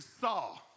saw